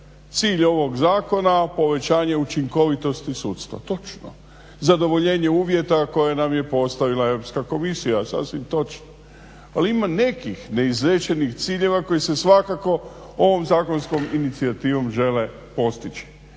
cilj ovog zakona povećanja učinkovitosti sudstva. Točno. Zadovoljenje uvjeta koje nam je postavila Europska komisija, sasvim točno. Tu ima nekih ne izrečenih ciljeva koji se svakako ovom zakonskom inicijativom žele postići.